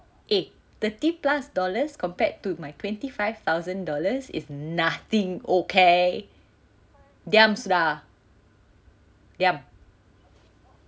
eh thirty plus dollars compared to my twenty five thousand dollars is nothing okay diam sudah diam